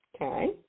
Okay